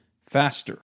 faster